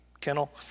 kennel